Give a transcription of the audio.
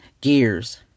gears